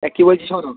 তা কী বলছি শোনো